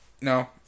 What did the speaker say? no